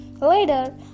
Later